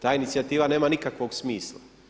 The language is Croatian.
Ta inicijativa nema nikakvog smisla.